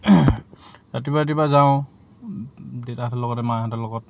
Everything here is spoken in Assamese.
ৰাতিপুৱা ৰাতিপুৱা যাওঁ দেতাহঁতৰ লগতে মাহঁতৰ লগত